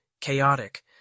chaotic